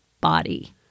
body